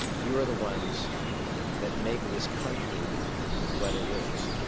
ah you are the ones that make this country what it is.